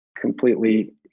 completely